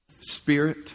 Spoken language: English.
spirit